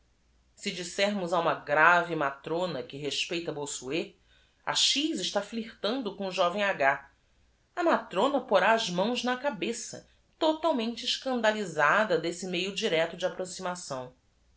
e dissermos a uma grave m a t r o n a que respeita ossuet a está flirtando com o ioven a ma trona porá as mãos na cabeça totalmente escandalisada desse meio directo de approximação